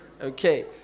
Okay